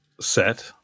set